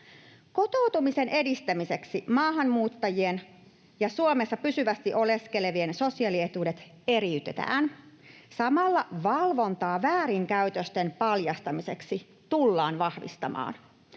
Kotoutumisen edistämiseksi maahanmuuttajien ja Suomessa pysyvästi oleskelevien sosiaalietuudet eriytetään. Samalla valvontaa väärinkäytösten paljastamiseksi tullaan vahvistamaan.